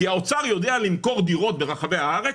כי האוצר יודע למכור דירות ברחבי הארץ,